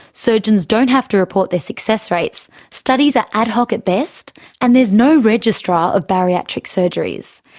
surgeons don't have to report their success rates, studies are ad hoc at best and there's no registrar of bariatric surgeries.